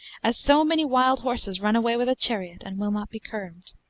as so many wild horses run away with a chariot, and will not be curbed.